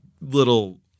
little